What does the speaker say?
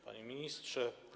Panie Ministrze!